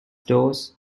doors